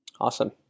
Awesome